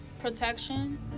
protection